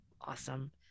awesome